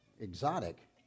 exotic